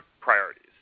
priorities